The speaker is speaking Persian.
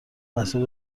مسیر